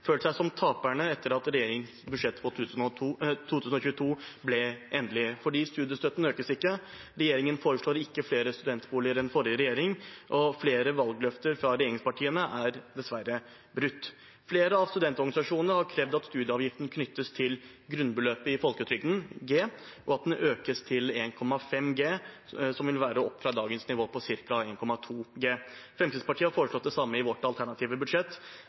seg som taperne etter at regjeringens budsjett for 2022 ble endelig. Studiestøtten økes ikke. Regjeringen foreslår ikke flere studentboliger enn den forrige regjeringen, og flere valgløfter fra regjeringspartiene er dessverre brutt. Flere av studentorganisasjonene har krevd at studieavgiften knyttes til grunnbeløpet i folketrygden, G, og at den økes til 1,5 G, som vil være en økning fra dagens nivå på ca. 1,2 G. Fremskrittspartiet har foreslått det samme i sitt alternative budsjett.